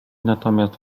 natomiast